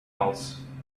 else